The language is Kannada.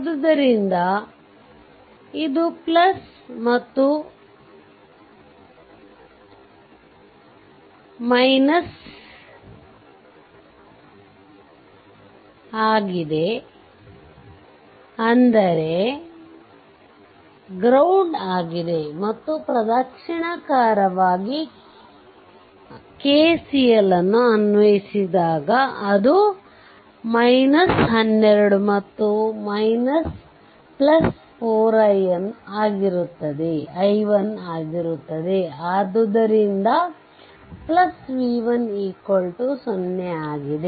ಆದ್ದರಿಂದ ಇದು ಮತ್ತು ಅಂದರೆ ಗ್ರೌಂಡ್ ಆಗಿದೆ ಮತ್ತು ಪ್ರದಕ್ಷಿಣಾಕಾರವಾಗಿ KCL ಅನ್ವಯಿಸಿದಾಗ ಅದು 12 ಮತ್ತು ಅದು 4 i1 ಆಗಿರುತ್ತದೆ ಆದ್ದರಿಂದ v1 0 ಆಗಿದೆ